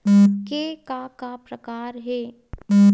के का का प्रकार हे?